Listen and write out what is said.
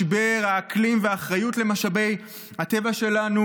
משבר האקלים והאחריות למשאבי הטבע שלנו